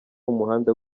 umuhanda